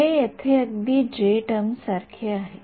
हे येथे अगदी जे टर्म सारखे आहे